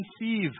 conceive